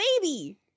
baby